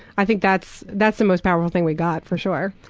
i think that's that's the most powerful thing we've got for sure.